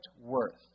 worth